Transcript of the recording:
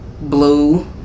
blue